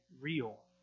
real